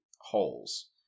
holes